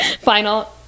final